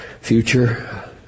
future